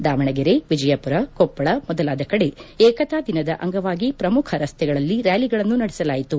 ದಾವಣಗೆರೆ ವಿಜಯಪುರ ಕೊಪ್ವಳ ಮೊದಲಾದ ಕಡೆ ಏಕತಾ ದಿನದ ಅಂಗವಾಗಿ ಪ್ರಮುಖ ರಸ್ತೆಗಳಲ್ಲಿ ರ್ಯಾಲಿಗಳನ್ನು ನಡೆಸಲಾಯಿತು